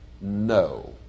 No